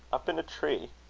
up in a tree?